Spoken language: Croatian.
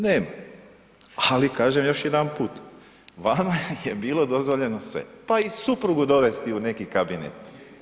Nema, ali kažem još jedanput, vama je bilo dozvoljeno sve, pa i suprugu dovesti u neki kabinet.